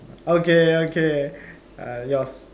okay okay uh yours